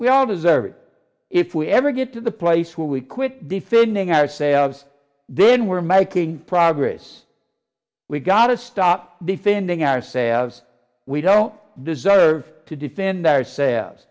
we all deserve it if we ever get to the place where we quit defending ourselves then we're making progress we gotta stop defending ourselves we don't deserve to defend ourselves